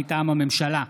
מטעם הממשלה: